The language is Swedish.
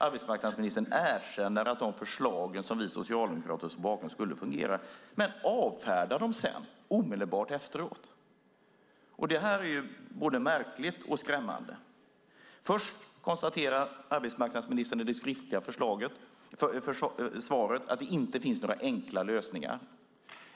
Arbetsmarknadsministern erkänner att de förslag som vi socialdemokrater står bakom skulle fungera - men avfärdar dem sedan omedelbart. Det är både märkligt och skrämmande. Först konstaterar arbetsmarknadsministern i det skriftliga svaret att det inte finns några enkla lösningar.